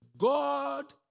God